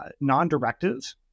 non-directive